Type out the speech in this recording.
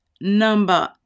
number